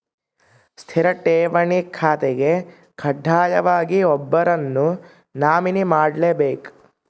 ಸ್ಥಿರ ಠೇವಣಿ ಖಾತೆಗೆ ಕಡ್ಡಾಯವಾಗಿ ಒಬ್ಬರನ್ನು ನಾಮಿನಿ ಮಾಡ್ಲೆಬೇಕ್